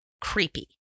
creepy